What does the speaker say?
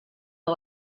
the